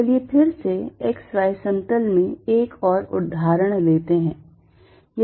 चलिए फिर से x y समतल में एक और उदाहरण लेते हैं